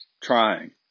trying